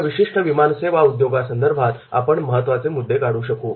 या विशिष्ट विमानसेवा उद्योगासंदर्भात आपण महत्त्वाचे मुद्दे काढू शकू